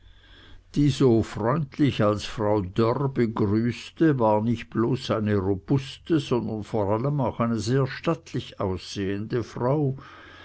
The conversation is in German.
die so freundlich als frau dörr begrüßte war nicht bloß eine robuste sondern vor allem auch eine sehr stattlich aussehende frau